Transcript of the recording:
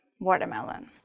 watermelon